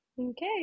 Okay